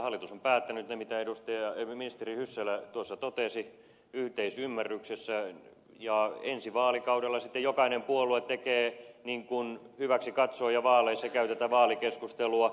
hallitus on päättänyt niistä mitä ministeri hyssälä tuossa totesi yhteisymmärryksessä ja ensi vaalikaudella sitten jokainen puolue tekee niin kuin hyväksi katsoo ja vaaleissa käy tätä vaalikeskustelua